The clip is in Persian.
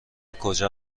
کجا